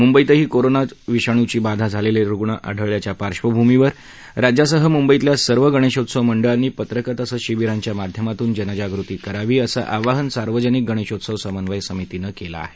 मुंबईतही कोरोना विषाणूची बाधा झालेले रुग्ण आढळल्याच्या पार्श्वभूमीवर राज्यासह मुंबईतल्या सर्व गणेशोत्सव मंडळांनी पत्रक तसंच शिबीरांच्या माध्यमातून जनजागृती करावी असं आवाहन सार्वजिनक गणेशोत्सव समन्वय समितीनं केलं आहे